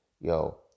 Yo